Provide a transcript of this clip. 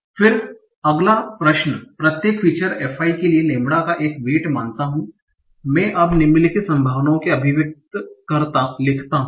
फिर अगला प्रश्न प्रत्येक फीचर fi के लिए लैंबडा का एक वेट मानता हूं मैं अब निम्नलिखित संभावनाओं की अभिव्यक्ति लिखता हूं